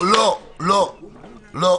לא, לא.